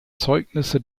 zeugnisse